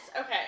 Okay